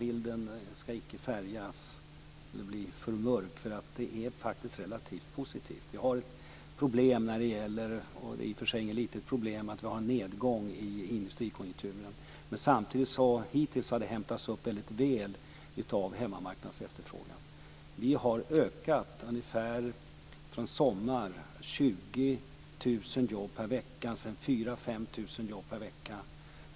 Bilden skall inte bli för mörk. Det är faktiskt relativt positivt. Vi har ett problem med att vi har en nedgång i industrikonjunkturen, och det är i och för sig inget litet problem. Men hittills har det hämtats upp väldigt väl av hemmamarknadsefterfrågan. Sedan sommaren har det tillkommit ca 20 000 jobb per månad. Det är 4 000-5 000 jobb per vecka.